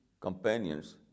companions